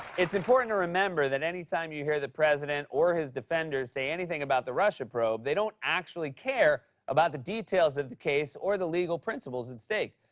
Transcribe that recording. it's important to remember that any time you hear the president or his defenders say anything about the russia probe, they don't actually care about the details of the case or the legal principles at stake.